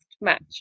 match